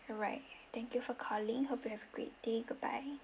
alright thank you for calling hope you have a great day goodbye